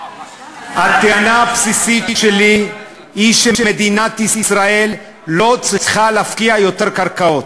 הטענה הבסיסית שלי היא שמדינת ישראל לא צריכה להפקיע יותר קרקעות,